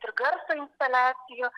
ir garso instaliacijų